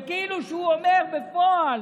זה כאילו שהוא אומר בפועל: